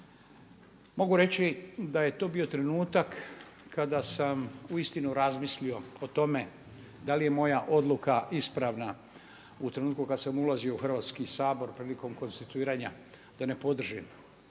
Mogu reći da je to bio trenutak kada sam uistinu razmislio o tome da li je moja odluka ispravna. U trenutku kad sam ulazio u Hrvatski sabor prilikom konstituiranja da ne podržim